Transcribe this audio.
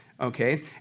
Okay